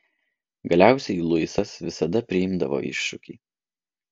galiausiai luisas visada priimdavo iššūkį